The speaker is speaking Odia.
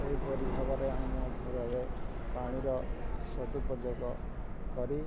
ଏଇପରି ଭାବରେ ଆମ ଘରରେ ପାଣିର ସଦୁପଯୋଗ କରି